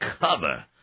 cover